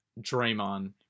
Draymond